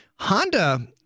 Honda